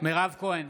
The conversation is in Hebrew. מירב כהן,